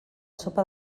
sopa